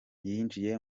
yinjiye